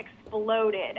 exploded